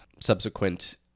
Subsequent